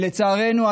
לצערנו,